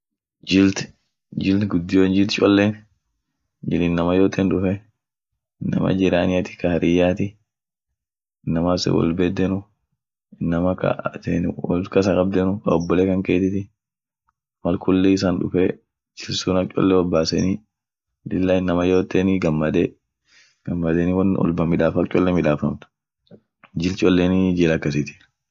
Jilt jilt guddion jilt chollen, jil inaman yooten duffe, inama jiraniati ka hariyati, inama isen wolbedenu, inama ka atin wol kassa kabdenu, ka obbole kankeetiti, mal kulli issan duffe, jil sun akcholle hobbaseni, lilla inama yooteni gammade, gammadeni won wolba midaf-akcholle midafamt, jil cholleni jil akasit.